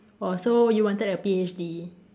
orh so you wanted a PhD